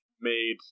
made